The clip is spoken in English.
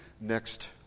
next